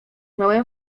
miałem